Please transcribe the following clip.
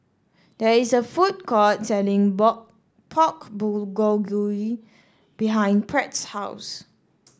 there is a food court selling Pork Bulgogi behind Pratt's house